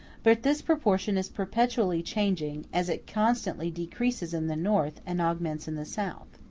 but this proportion is perpetually changing, as it constantly decreases in the north and augments in the south.